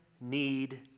need